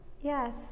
Yes